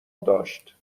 داشت